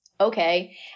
okay